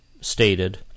stated